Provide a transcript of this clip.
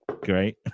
Great